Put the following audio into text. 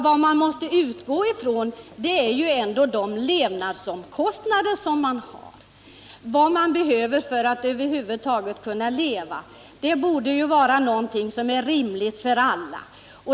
Vad vi måste utgå från är ändå de levnadsomkostnader som man har, vad man behöver för att över huvud taget kunna leva. Detta borde vara någonting som är rimligt för alla.